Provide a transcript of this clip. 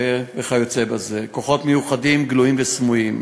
וכיוצא בזה, כוחות מיוחדים גלויים וסמויים,